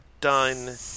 done